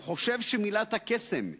הוא חושב שמלת הקסם "ירושלים"